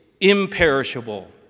imperishable